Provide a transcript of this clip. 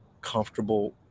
comfortable